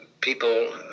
people